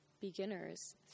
beginners